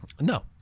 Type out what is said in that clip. No